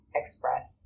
express